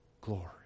glory